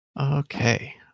Okay